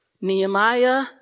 Nehemiah